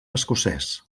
escocès